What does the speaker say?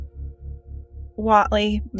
Watley